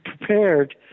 prepared